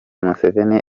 museveni